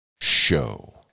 show